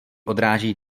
odráží